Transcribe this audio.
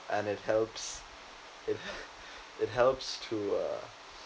and it helps it helps to uh